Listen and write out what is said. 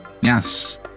Yes